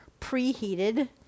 preheated